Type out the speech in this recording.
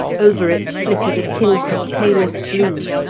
over it flickered a tint of palest blue,